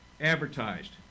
advertised